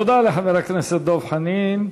תודה לחבר הכנסת דב חנין.